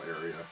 area